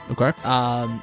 Okay